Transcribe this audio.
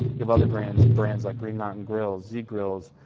you have other grants brands like green mountain grills, z grills,